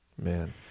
man